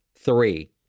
Three